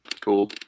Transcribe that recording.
Cool